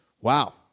Wow